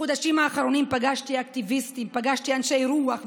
בחודשים האחרונים פגשתי אקטיביסטים ופגשתי אנשי רוח,